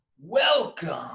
Welcome